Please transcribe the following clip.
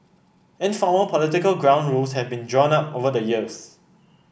informal political ground rules have been drawn up over the years